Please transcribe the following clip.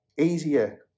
easier